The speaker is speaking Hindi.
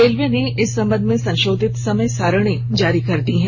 रेलवे ने इस संबंध में संशोधित समय सारिणी जारी कर दी है